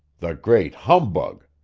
the great humbug!